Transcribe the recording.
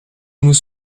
nous